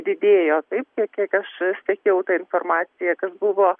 didėjo taip kiek kiek aš sekiau tą informaciją kas buvo